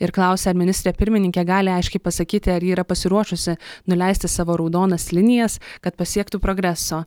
ir klausia ar ministrė pirmininkė gali aiškiai pasakyti ar ji yra pasiruošusi nuleisti savo raudonas linijas kad pasiektų progreso